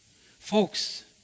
Folks